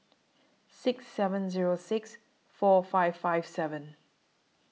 six seven Zero six four five five seven